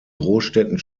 großstädten